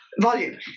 volume